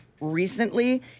recently